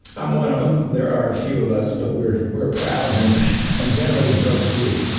i'm one of them. there are a few of us, but we're we're a proud and and generally broke few.